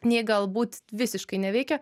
nei galbūt visiškai neveikia